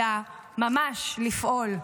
אלא גם לפעול.